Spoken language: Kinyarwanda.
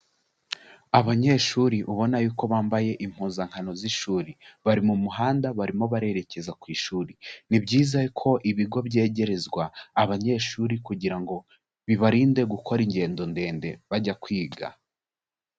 Abanyeshuri ubona yuko bambaye impuzankano z'ishuri. Bari mu muhanda barimo barerekeza ku ishuri. Ni byiza ko ibigo byegerezwa abanyeshuri kugira ngo bibarinde gukora ingendo ndende bajya kwiga.